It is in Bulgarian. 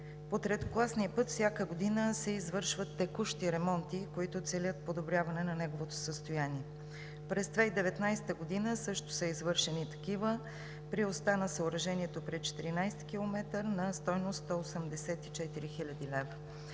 По третокласния път всяка година се извършват текущи ремонти, които целят подобряване на неговото състояние. През 2019 г. също са извършени такива – при оста на съоръжението при 14-и км на стойност 184 хил. лв.